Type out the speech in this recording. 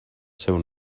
seu